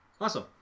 Awesome